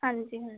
ਹਾਂਜੀ ਹਾਂਜੀ